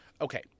Okay